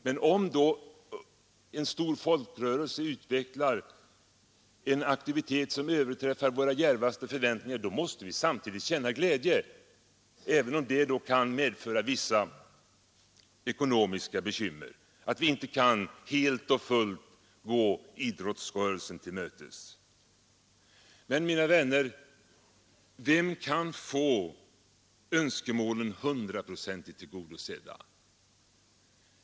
Men om en stor folkrörelse utvecklar en aktivitet som överträffar våra djärvaste förväntningar måste vi känna glädje, även om det kan medföra vissa ekonomiska bekymmer vilket innebär att vi inte helt och fullt kan gå idrottsrörelsen till mötes. Men, mina vänner, vem kan få önskemålen hundraprocentigt tillgodosedda?